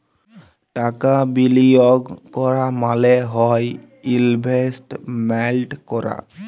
টাকা বিলিয়গ ক্যরা মালে হ্যয় ইলভেস্টমেল্ট ক্যরা